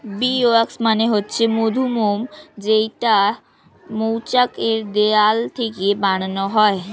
bee wax মানে হচ্ছে মধুমোম যেইটা মৌচাক এর দেওয়াল থেকে বানানো হয়